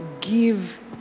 give